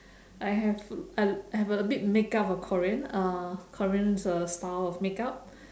I have I I have a bit makeup of korean uh korean's uh style of makeup